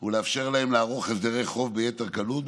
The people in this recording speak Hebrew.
ולאפשר להן לערוך הסדרי חוב ביתר קלות,